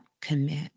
commit